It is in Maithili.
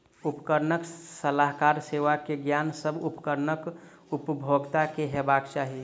उपकरणक सलाहकार सेवा के ज्ञान, सभ उपकरण उपभोगता के हेबाक चाही